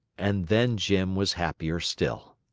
and then jim was happier still.